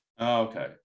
Okay